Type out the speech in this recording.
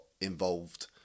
involved